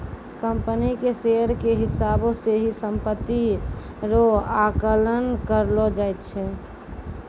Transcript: company के share के हिसाबौ से ही सम्पत्ति रो आकलन करलो जाय छै